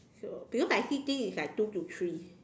so because I see thing is like two to three